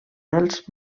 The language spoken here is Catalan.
dels